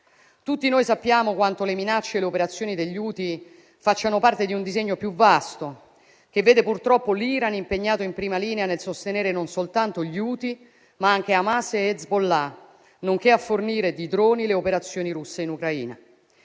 Tutti noi sappiamo quanto le minacce e le operazioni degli Houthi facciano parte di un disegno più vasto, che vede purtroppo l'Iran impegnato in prima linea nel sostenere non soltanto gli Houthi, ma anche Hamas e Hezbollah, nonché a fornire di droni le operazioni russe in Ucraina.